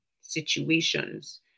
situations